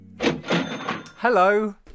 Hello